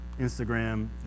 instagram